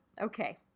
Okay